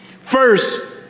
First